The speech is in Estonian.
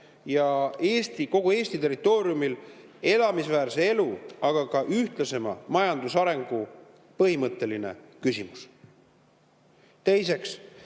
ja kogu Eesti territooriumil elamisväärse elu, aga ka ühtlasema majandusarengu põhimõtteline küsimus.